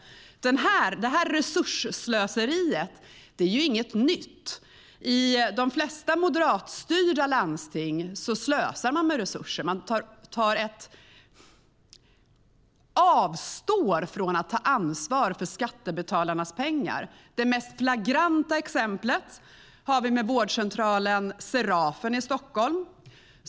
Det här resursslöseriet är inget nytt. I de flesta moderatstyrda landsting slösar man med resurser. Man avstår från att ta ansvar för skattebetalarnas pengar. Det mest flagranta exemplet är Vårdcentralen Serafen i Stockholm.